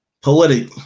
Poetic